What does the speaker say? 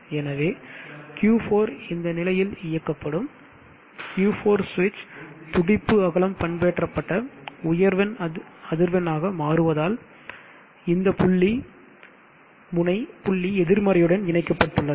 எனவே Q4 இந்த நிலையில் இயக்கப்படும் Q4 சுவிட்ச் துடிப்பு அகலம் பண்பேற்றப்பட்ட உயர் அதிர்வெண் ஆக மாறுவதால் இந்த புள்ளி முனை புள்ளி எதிர்மறையுடன் இணைக்கப்பட்டுள்ளது